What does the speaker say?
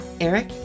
Eric